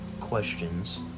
questions